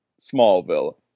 Smallville